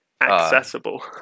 accessible